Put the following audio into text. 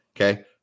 Okay